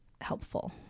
helpful